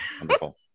Wonderful